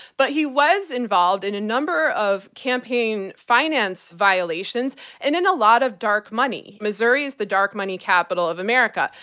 but he was involved in a number of campaign finance violations and in a lot of dark money. missouri is the dark money capital of america.